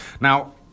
Now